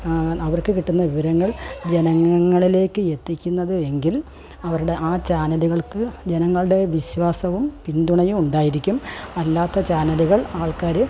അവർക്ക് കിട്ടുന്ന വിവരങ്ങൾ ജനങ്ങങ്ങളിലേക്ക് എത്തിക്കുന്നത് എങ്കിൽ അവരുടെ ആ ചാനലുകൾക്ക് ജനങ്ങളുടെ വിശ്വാസവും പിന്തുണയും ഉണ്ടായിരിക്കും അല്ലാത്ത ചാനലുകൾ ആൾക്കാര്